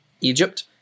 egypt